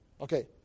Okay